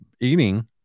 eating